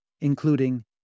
including